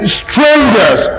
strangers